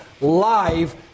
live